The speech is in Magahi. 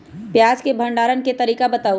प्याज के भंडारण के तरीका बताऊ?